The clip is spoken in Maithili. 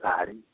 गाड़ी